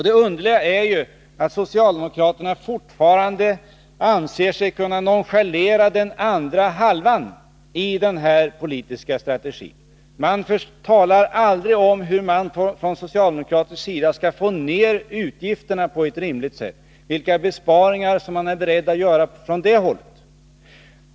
Det underliga är ju att socialdemokraterna fortfarande anser sig kunna nonchalera den andra halvan av denna politiska strategi. Man talar aldrig från socialdemokratisk sida om hur man skall få ner utgifterna på ett rimligt sätt, vilka besparingar som man är beredd att göra från det hållet.